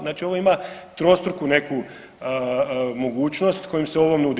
Znači ovo ima trostruku neku mogućnost, kojom se ovo nudi.